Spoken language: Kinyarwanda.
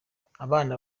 abana